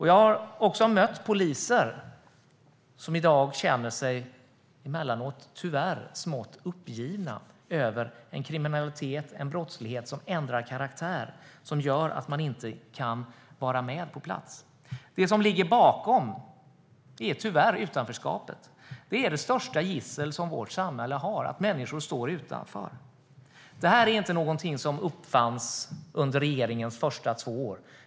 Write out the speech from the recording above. Jag har mött poliser som i dag emellanåt tyvärr känner sig smått uppgivna över en brottslighet som ändrar karaktär och gör att de inte kan vara med på plats. Det som ligger bakom är tyvärr utanförskapet. Att människor står utanför är det största gissel som vårt samhälle har. Detta är inte någonting som uppfanns under regeringens första två år.